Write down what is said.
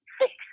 six